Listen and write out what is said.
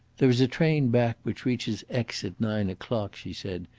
there is a train back which reaches aix at nine o'clock, she said,